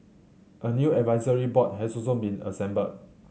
a new advisory board has also been assembled